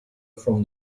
from